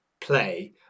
play